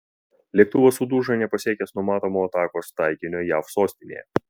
lėktuvas sudužo nepasiekęs numanomo atakos taikinio jav sostinėje